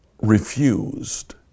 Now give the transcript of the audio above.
refused